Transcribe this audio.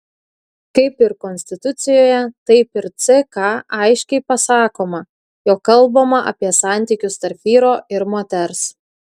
kaip ir konstitucijoje taip ir ck aiškiai pasakoma jog kalbama apie santykius tarp vyro ir moters